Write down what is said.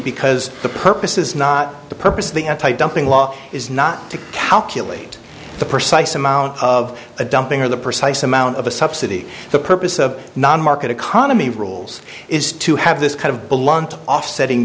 because the purpose is not the purpose of the antidumping law is not to calculate the precise amount of the dumping or the precise amount of a subsidy the purpose of non market economy rules is to have this kind of blunt offsetting